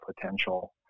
potential